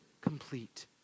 complete